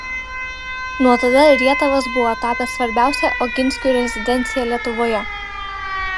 nuo tada rietavas buvo tapęs svarbiausia oginskių rezidencija lietuvoje